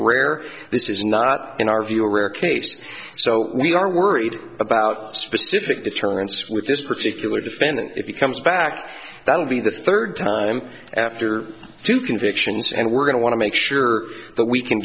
where this is not in our view or case so we are worried about specific deterrence with this particular defendant if you comes back that will be the third time after two convictions and we're going to want to make sure that we can